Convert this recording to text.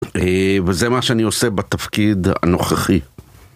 וזה מה שאני עושה בתפקיד הנוכחי.